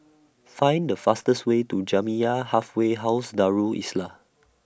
Find The fastest Way to Jamiyah Halfway House Darul Islah